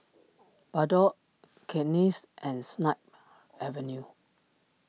Bardot Cakenis and Snip Avenue